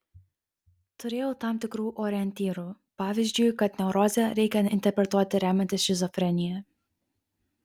turėjau tam tikrų orientyrų pavyzdžiui kad neurozę reikia interpretuoti remiantis šizofrenija